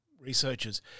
researchers